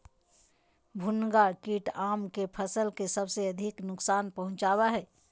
भुनगा कीट आम के फसल के सबसे अधिक नुकसान पहुंचावा हइ